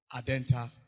Adenta